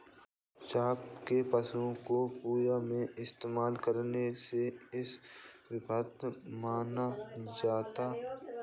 चंपा के पुष्पों को पूजा में इस्तेमाल करने से इसे पवित्र माना जाता